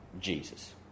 Jesus